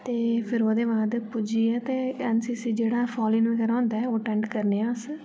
ते फिर औह्दे बाद पुजिये ते एन सी सी जेह्ड़ा फान इन जेह्ड़ा औंदा ऐ ओह् अटेंड करने आं अस